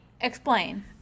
explain